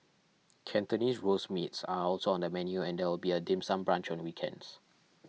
Cantonese Roast Meats are also on the menu and there will be a dim sum brunch on weekends